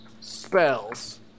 spells